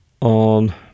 on